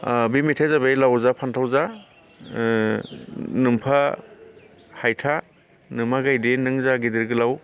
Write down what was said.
ओ बे मेथाइआ जाबाय लाव जा फान्थाव जा ओ नोमफा हायथा नोमा गायदे नों जा गेदेर गोलाव